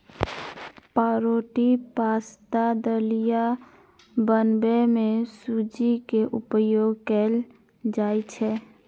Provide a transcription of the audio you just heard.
पावरोटी, पाश्ता, दलिया बनबै मे सूजी के उपयोग कैल जाइ छै